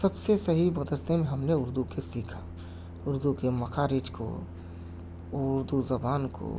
سب سے صحیح مدرسے میں ہم نے اردو کو سیکھا اردو کے مخارج کو اردو زبان کو